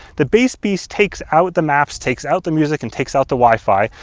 the base piece takes out the maps, takes out the music, and takes out the wi-fi.